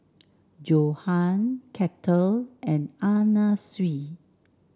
Johan Kettle and Anna Sui